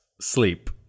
sleep